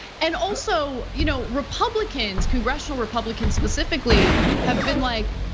and also, you know republicans, congressional republicans, specifically have been like,